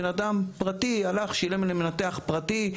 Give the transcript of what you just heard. בן אדם פרטי שילם למנתח פרטי,